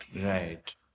Right